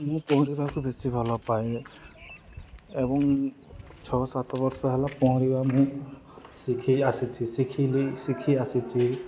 ମୁଁ ପହଁରିବାକୁ ବେଶୀ ଭଲ ପାଏ ଏବଂ ଛଅ ସାତ ବର୍ଷ ହେଲା ପହଁରିବା ମୁଁ ଶିଖି ଆସିଛି ଶିଖିଲି ଶିଖି ଆସିଛି